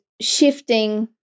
shifting